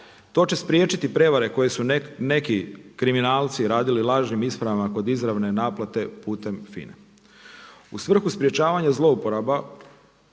To će spriječiti prijevare koje su neki kriminalci radili lažnim ispravama kod izravne naplate putem FINA-e. U svrhu sprječavanja zlouporaba,